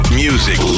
music